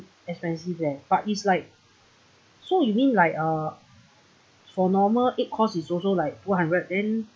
expensive leh but it's like so you mean like uh for normal eight course it's also like two hundred then